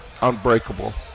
unbreakable